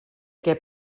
què